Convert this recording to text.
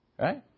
Right